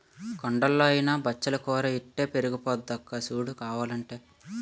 కొండల్లో అయినా బచ్చలి కూర ఇట్టే పెరిగిపోద్దక్కా సూడు కావాలంటే